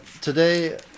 today